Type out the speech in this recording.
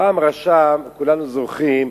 פעם רשם, כולנו זוכרים,